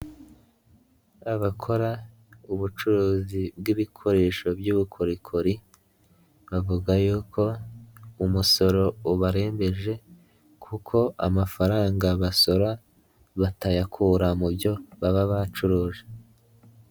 Abakora ubucuruzi bw'ibikoresho by'ubukorikori bavuga yuko umusoro ubarembeje kuko amafaranga basora batayakura mu byo baba bacuruje.